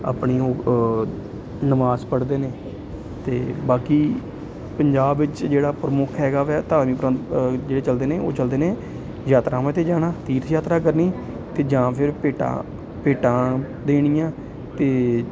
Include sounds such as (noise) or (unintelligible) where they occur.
ਆਪਣੀ ਉਹ ਨਮਾਜ਼ ਪੜ੍ਹਦੇ ਨੇ ਅਤੇ ਬਾਕੀ ਪੰਜਾਬ ਵਿੱਚ ਜਿਹੜਾ ਪ੍ਰਮੁੱਖ ਹੈਗਾ ਵਿਆ ਧਾਰਮਿਕ (unintelligible) ਜਿਹੜੇ ਚਲਦੇ ਨੇ ਉਹ ਚਲਦੇ ਨੇ ਯਾਤਰਾਵਾਂ 'ਤੇ ਜਾਣਾ ਤੀਰਥ ਯਾਤਰਾ ਕਰਨੀ ਅਤੇ ਜਾਂ ਫਿਰ ਭੇਟਾਂ ਭੇਟਾਂ ਦੇਣੀਆਂ ਅਤੇ